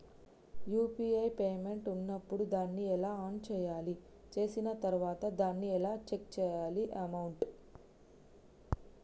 UPI payment ఉన్నప్పుడు దాన్ని ఎలా ఆన్ చేయాలి? చేసిన తర్వాత దాన్ని ఎలా చెక్ చేయాలి అమౌంట్?